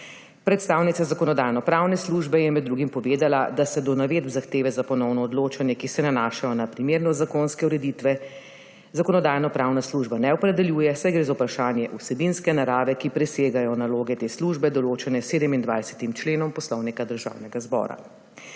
Predstavnica Zakonodajno-pravne službe je med drugim povedala, da se do navedb zahteve za ponovno odločanje, ki se nanašajo na primernost zakonske ureditve, Zakonodajno-pravna služba ne opredeljuje, saj gre za vprašanje vsebinske narave, ki presegajo naloge te službe, določene s 27. členom Poslovnika Državnega zbora.